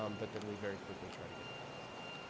um but then we very quickly try to get back in stock.